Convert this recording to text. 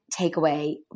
takeaway